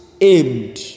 aimed